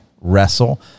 wrestle